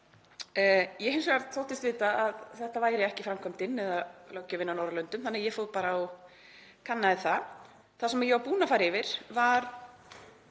hins vegar vita að þetta væri ekki framkvæmdin eða löggjöfin á Norðurlöndum þannig að ég fór bara og kannaði það. Það sem ég var búin að fara yfir var